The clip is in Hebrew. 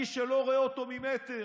איש שלא רואה אותו ממטר,